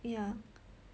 yeah